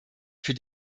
für